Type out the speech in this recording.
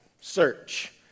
Search